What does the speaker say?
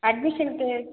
அட்மிஷனுக்கு